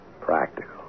Practical